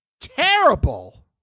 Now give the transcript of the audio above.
terrible